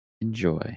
Enjoy